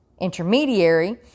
intermediary